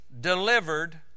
delivered